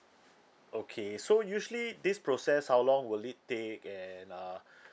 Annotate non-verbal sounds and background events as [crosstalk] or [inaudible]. okay so usually this process how long will it take and uh [breath]